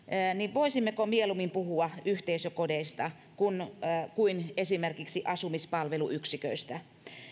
voisimmeko mieluummin puhua yhteisökodeista kuin esimerkiksi asumispalveluyksiköistä